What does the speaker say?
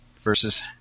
versus